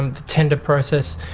and the tender process,